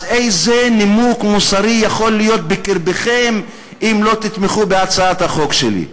אז איזה נימוק מוסרי יכול להיות בקרבכם אם לא תתמכו בהצעת החוק שלי?